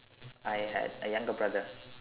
I had a younger brother